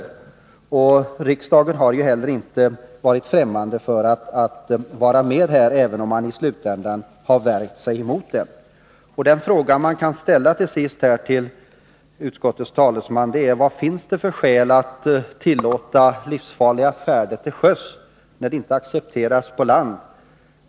Riksdagen har ju heller inte varit främmande för att vara med om detta, även om man i slutändan har värjt sig emot det. Den fråga jag här till sist kan ställa till utskottet är: Vad finns det för skäl att tillåta livsfarliga färder till sjöss, när det inte accepteras på land?